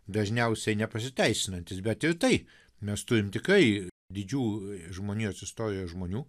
dažniausia nepasiteisinantys bet ir tai mes turim tikrai didžių žmonijos istorijoje žmonių